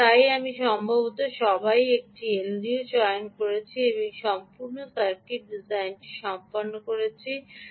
এবং তাই আমি সম্ভবত সবাই একটি এলডিও চয়ন করেছি এবং এই সম্পূর্ণ সার্কিট ডিজাইনটি সম্পন্ন করেছি